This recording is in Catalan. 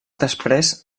després